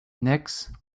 next